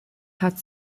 hat